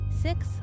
Six